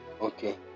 Okay